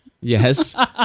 Yes